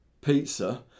pizza